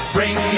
Bring